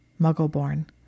Muggleborn